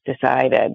decided